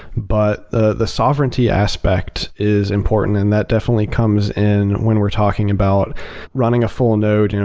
but the the sovereignty aspect is important and that definitely comes in when we're talking about running a full node, you know